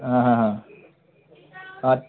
অ হা হা অ